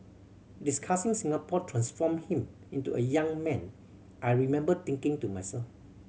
discussing Singapore transformed him into a young man I remember thinking to myself